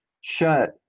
shut